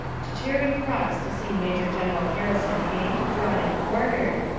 to char ing cross to see major-general harrison hanged, drawn, and quartered,